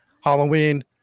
Halloween